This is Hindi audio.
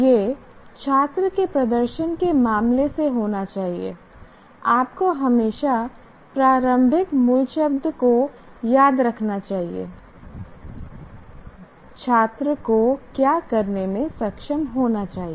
यह छात्र के प्रदर्शन के मामले से होना चाहिए आपको हमेशा प्रारंभिक मूलशब्द को याद रखना चाहिए छात्र को क्या करने में सक्षम होना चाहिए